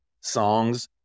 songs